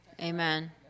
Amen